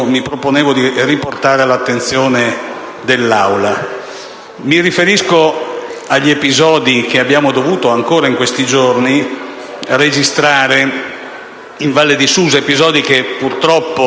mi proponevo di riportare all'attenzione dell'Aula. Mi riferisco agli episodi che abbiamo dovuto ancora in questi giorni registrare in Val di Susa, episodi che, purtroppo,